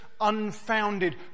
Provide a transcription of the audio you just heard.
unfounded